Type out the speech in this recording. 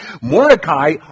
Mordecai